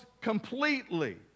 completely